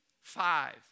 Five